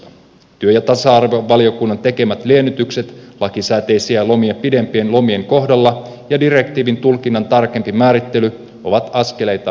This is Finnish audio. työ ja tasa arvovaliokunnan tekemät liennytykset lakisääteisiä lomia pidempien lomien kohdalla ja direktiivin tulkinnan tarkempi määrittely ovat askeleita parempaan suuntaan